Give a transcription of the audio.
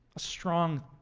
a strong,